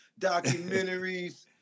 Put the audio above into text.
documentaries